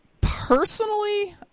Personally